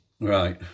Right